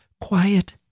quiet